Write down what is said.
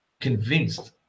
convinced